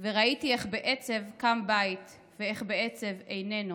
// וראיתי איך בעצב קם בית / ואיך בעצב איננו,